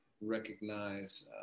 recognize